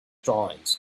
drawings